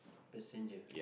passenger